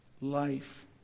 life